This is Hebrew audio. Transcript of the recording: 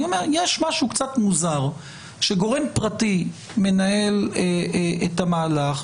יש משהו קצת מוזר בזה שגורם פרטי מנהל את המהלך,